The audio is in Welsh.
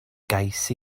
gais